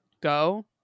go